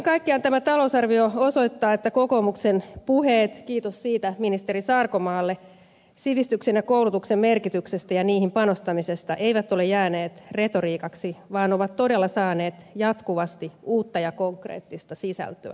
kaiken kaikkiaan tämä talousarvio osoittaa että kokoomuksen puheet kiitos siitä ministeri sarkomaalle sivistyksen ja koulutuksen merkityksestä ja niihin panostamisesta eivät ole jääneet retoriikaksi vaan ovat todella saaneet jatkuvasti uutta ja konkreettista sisältöä